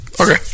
Okay